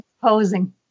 posing